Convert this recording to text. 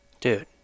Dude